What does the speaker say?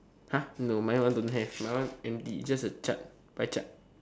!huh! no my one don't have my one empty it's just a chart pie chart